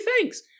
thanks